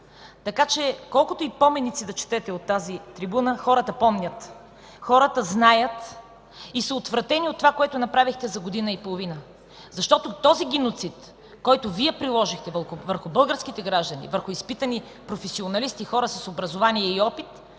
така че колкото и поменици да четете от тази трибуна, хората помнят. Хората знаят и са отвратени от това, което направихте за година и половина, защото този геноцид, който Вие приложихте върху българските граждани, върху изпитани професионалисти – хора с образование и опит,